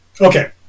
Okay